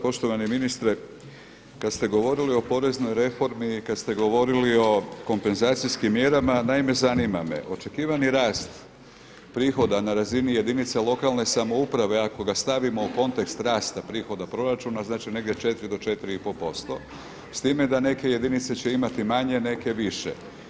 Poštovani ministre kad ste govorili o poreznoj reformi i kad ste govorili o kompenzacijskim mjerama, naime zanima me očekivani rast prihoda na razini jedinica lokalne samouprave ako ga stavimo u kontekst rasta prihoda proračuna znači negdje 4 do 4,5% s time da neke jedinice će imati manje, neke više.